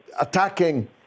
attacking